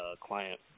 client